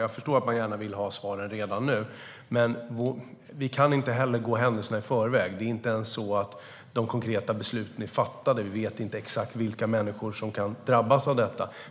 Jag förstår att man gärna vill ha svaren redan nu, men vi kan inte gå händelserna i förväg. De konkreta besluten är inte ens fattade. Vi vet inte exakt vilka människor som kan drabbas av detta.